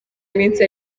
iminsi